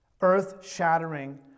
earth-shattering